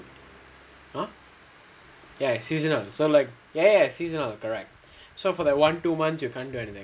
ya seasonal so like ya ya ya seasonal correct so for like one two months you can't do anything